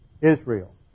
Israel